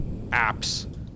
apps